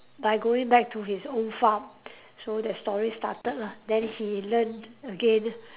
by going back to his own farm so that story started lah then he learn again